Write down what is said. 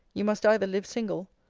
you must either live single,